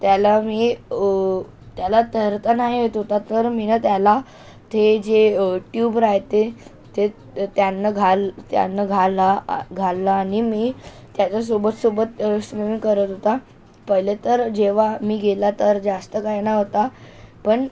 त्याला मी त्याला तेहरता नाही येत होता तर मी त्याला ते जे ट्यूब राहते ते त्यानं घाल त्यानं घाला घाललं आणि मी त्याच्यासोबत सोबत स्विमिंग करत होता पहिले तर जेव्हा मी गेला तर जास्त काही नव्हता पण